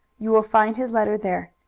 you will find his letter there.